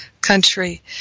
country